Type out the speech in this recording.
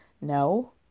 no